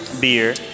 beer